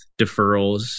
deferrals